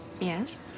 Yes